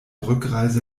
rückreise